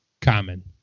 common